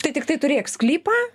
tai tiktai turėk sklypą